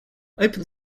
open